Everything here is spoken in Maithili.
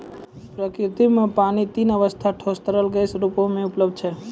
प्रकृति म पानी तीन अबस्था ठोस, तरल, गैस रूपो म उपलब्ध छै